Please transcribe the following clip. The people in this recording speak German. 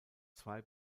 zwei